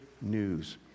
news